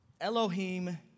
Elohim